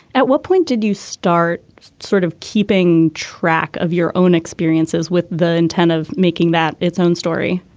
at what point did you start sort of keeping track of your own experiences with the intent of making that its own story